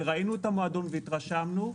ראינו את המועדון והתרשמנו,